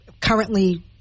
currently